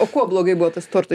o kuo blogai buvo tas torto